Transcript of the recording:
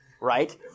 right